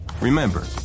Remember